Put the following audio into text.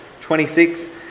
26